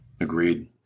Agreed